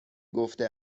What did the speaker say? گفته